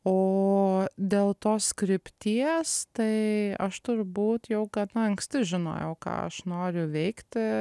o dėl tos krypties tai aš turbūt jau gana anksti žinojau ką aš noriu veikti